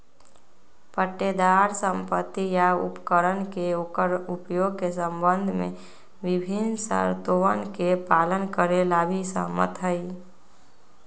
पट्टेदार संपत्ति या उपकरण के ओकर उपयोग के संबंध में विभिन्न शर्तोवन के पालन करे ला भी सहमत हई